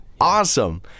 awesome